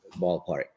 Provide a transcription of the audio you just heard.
ballpark